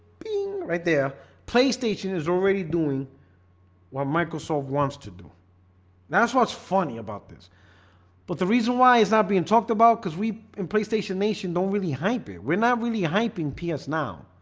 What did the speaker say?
right there playstation is already doing while microsoft wants to do that's what's funny about this but the reason why it's not being talked about because we in playstation nation don't really hype it. we're not really hyping ps now,